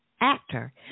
actor